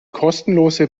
kostenlose